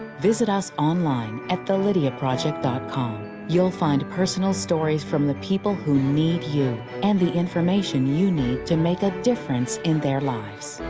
visit us online at www thelydiaproject ah com. you'll find personal stories from the people who need you, and the information you need to make a difference in their lives.